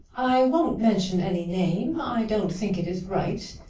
i won't mention any name. i don't think it is right.